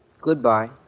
Goodbye